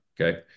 Okay